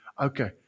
Okay